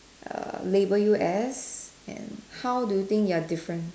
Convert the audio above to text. err label you as and how do you think you are different